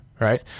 Right